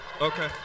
Okay